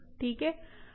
ठीक है